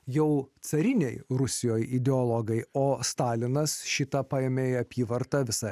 jau carinėje rusijoje ideologai o stalinas šį tą paėmė į apyvartą visa